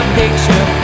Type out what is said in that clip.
picture